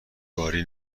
گاری